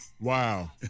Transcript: Wow